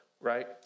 right